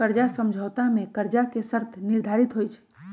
कर्जा समझौता में कर्जा के शर्तें निर्धारित होइ छइ